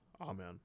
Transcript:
Amen